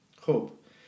hope